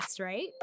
right